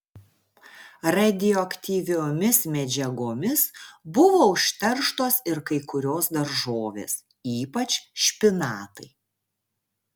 radioaktyviomis medžiagomis buvo užterštos ir kai kurios daržovės ypač špinatai